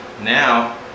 now